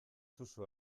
duzu